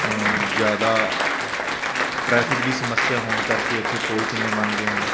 ਜਿਆਦਾ ਟਰੈਫਿਕ ਦੀ ਸਮੱਸਿਆ ਹੋਣ ਕਰਕੇ ਉਥੇ ਪੋਲ ਕਿੰਨੇ ਬਣ ਗਏ ਹਨ ਇਸ ਨਾਲ ਟਰਾਂ